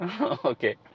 Okay